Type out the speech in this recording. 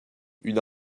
une